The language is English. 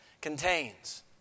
contains